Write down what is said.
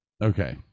Okay